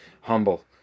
humble